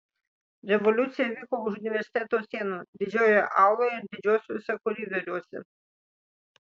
revoliucija vyko už universiteto sienų didžiojoje auloje ir didžiuosiuose koridoriuose